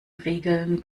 regeln